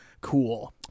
cool